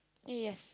eh yes